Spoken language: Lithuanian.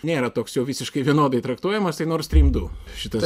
nėra toks jau visiškai vienodai traktuojamas tai nord stream du šitas